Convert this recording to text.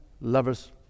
lovers